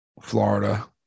Florida